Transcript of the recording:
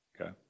Okay